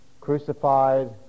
crucified